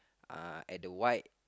uh at the white